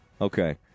Okay